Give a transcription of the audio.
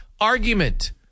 argument